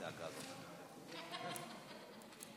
אז זה בדיוק מהדברים שמתמסמסים.